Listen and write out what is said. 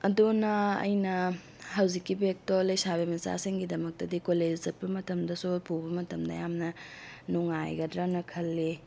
ꯑꯗꯨꯅ ꯑꯩꯅ ꯍꯧꯖꯤꯛꯀꯤ ꯕꯦꯛꯇꯣ ꯂꯩꯁꯥꯕꯤ ꯃꯆꯥꯁꯤꯡꯒꯤꯗꯃꯛꯇꯗꯤ ꯀꯣꯂꯦꯖ ꯆꯠꯄ ꯃꯇꯝꯗꯁꯨ ꯄꯨꯕ ꯃꯇꯝꯗ ꯌꯥꯝꯅ ꯅꯨꯡꯉꯥꯏꯒꯗ꯭ꯔꯥꯅ ꯈꯜꯂꯤ